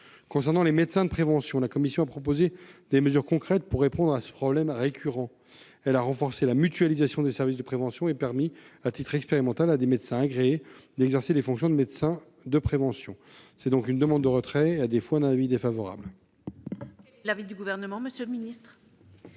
Concernant les médecins de prévention, la commission a proposé des mesures concrètes pour répondre à ce problème récurrent. Elle a renforcé la mutualisation des services de prévention et permis, à titre expérimental, à des médecins agréés d'exercer les fonctions de médecin de prévention. C'est donc une demande de retrait ; à défaut, l'avis sera défavorable.